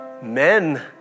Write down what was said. Men